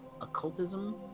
occultism